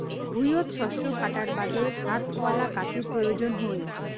ভুঁইয়ত শস্য কাটার বাদে হাতওয়ালা কাঁচির প্রয়োজন হই